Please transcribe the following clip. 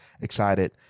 excited